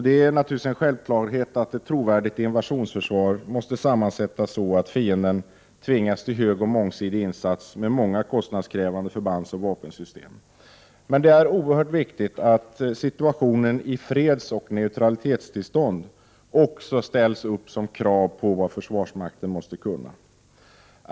Det är naturligtvis en självklarhet att ett trovärdigt invasionsförsvar måste sammansättas så att fienden tvingas till höga och mångsidiga insatser med många kostnadskrävande förbandsoch vapensystem. Men det är oerhört viktigt att situationen i fredsoch neutralitetstillstånd också ställs upp som krav på vad försvarsmakten måste kunna.